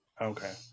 Okay